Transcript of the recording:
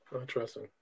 Interesting